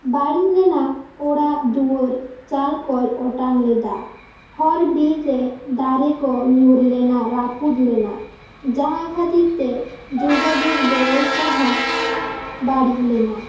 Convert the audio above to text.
ᱵᱟᱹᱲᱤᱡ ᱞᱮᱱᱟ ᱚᱲᱟᱜ ᱫᱩᱣᱟᱹᱨ ᱪᱟᱞ ᱠᱚᱭ ᱚᱴᱟᱝ ᱞᱮᱫᱟ ᱦᱚᱨ ᱵᱤᱨ ᱨᱮ ᱫᱟᱨᱮ ᱠᱚ ᱧᱩᱨ ᱞᱮᱱᱟ ᱨᱟᱹᱯᱩᱫ ᱞᱮᱱᱟ ᱡᱟᱦᱟᱸ ᱠᱷᱟᱹᱛᱤᱨ ᱛᱮ ᱡᱚᱜᱟᱡᱚᱜᱽ ᱵᱮᱵᱚᱥᱛᱷᱟ ᱦᱚᱸ ᱵᱟᱹᱲᱤᱡ ᱞᱮᱱᱟ